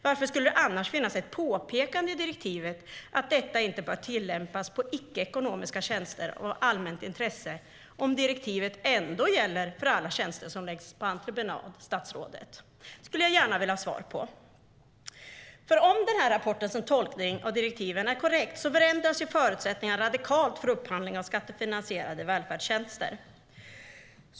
Varför skulle det annars finnas ett påpekande i direktivet om att detta inte bör tillämpas på icke-ekonomiska tjänster av allmänt intresse, om direktivet ändå gäller för alla tjänster som läggs ut på entreprenad, statsrådet? Den frågan skulle jag gärna vilja ha svar på. Om rapportens tolkning av direktiven är korrekt så förändras förutsättningarna radikalt för upphandling av skattefinansierade välfärdstjänster.